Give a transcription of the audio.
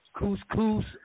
Couscous